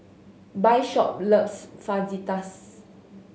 Bishop loves Fajitas